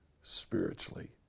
spiritually